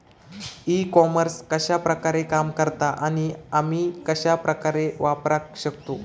E commerce कश्या प्रकारे काम करता आणि आमी कश्या प्रकारे वापराक शकतू?